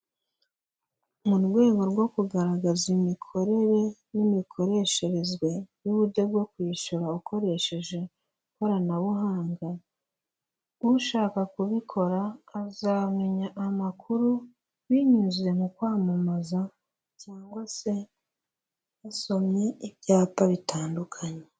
Mu rwego rwo kugaragaza imikorere n'imikoreshereze yuburyo bwo kwishyura ukoresheje koranabuhanga. Ushaka kubikora azamenya amakuru binyuze mu kwamamaza cyangwa se basomye ibyapa bitandukanye.